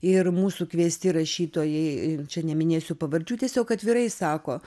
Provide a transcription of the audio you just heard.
ir mūsų kviesti rašytojai čia neminėsiu pavardžių tiesiog atvirai sako